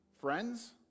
Friends